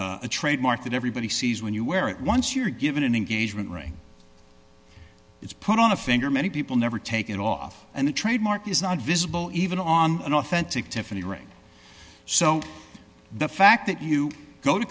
a trademark that everybody sees when you wear it once you're given an engagement ring it's put on a finger many people never take it off and the trademark is not visible even on an authentic tiffany ring so the fact that you go to